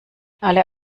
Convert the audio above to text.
alle